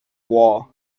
wall